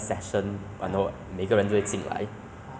then for face cam wise 一样 lor just click